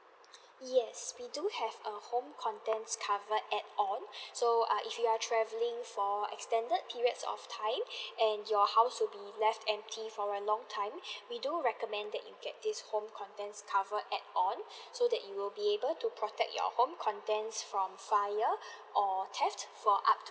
yes we do have a home contents cover add on so err if you are travelling for extended periods of time and your house would be left empty for a long time we do recommend that you get this home contents cover add on so that you will be able to protect your home contents from fire or theft for up to